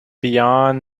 beyond